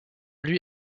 lui